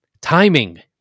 timing